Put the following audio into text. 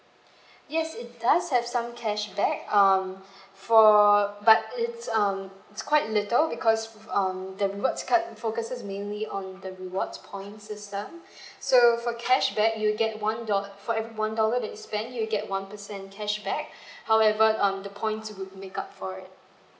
yes it does have some cashback um for but it's um it's quite little because um the rewards card focuses mainly on the rewards points system so for cashback you get one dol~ for every one dollar that you spend you get one percent cashback however um the points would make up for it